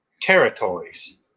territories